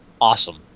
Awesome